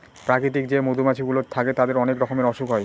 প্রাকৃতিক যে মধুমাছি গুলো থাকে তাদের অনেক রকমের অসুখ হয়